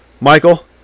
Michael